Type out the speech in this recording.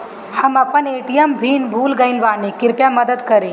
हम अपन ATM pin भूल गएल बानी, कृपया मदद करीं